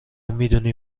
میدونی